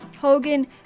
Hogan